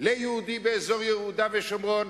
ליהודי באזור יהודה ושומרון,